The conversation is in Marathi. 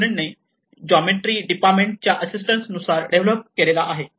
स्टुडन्टने जॉमेट्री डिपार्टमेंट च्या असिस्टंस नुसार डेव्हलप केलेला आहे